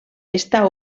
està